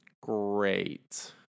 great